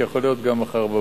שיכול להיות גם מחר בבוקר.